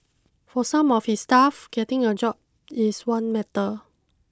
for some of his staff getting a job is one matter